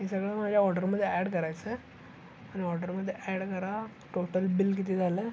हे सगळं माझ्या ऑर्डरमध्ये ॲड करायचं आहे आणि ऑर्डरमध्ये ॲड करा टोटल बिल किती झालं आहे